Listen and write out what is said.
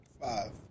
Five